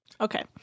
Okay